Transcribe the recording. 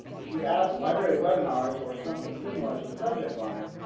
if you add library webinars or something similar to the subject line,